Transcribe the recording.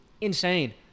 Insane